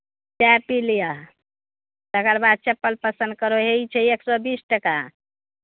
चाय पी लिअ तकर बाद चप्पल पसन्द करू यही छै एक सए बीस टाका